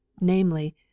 namely